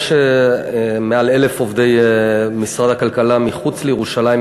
יש מעל 1,000 עובדי משרד הכלכלה מחוץ לירושלים,